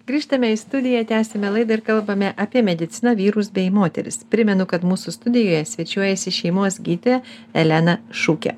grįžtame į studiją tęsiame laidą ir kalbame apie mediciną vyrus bei moteris primenu kad mūsų studijoje svečiuojasi šeimos gydytoja elena šukė